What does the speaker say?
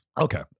Okay